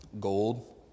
gold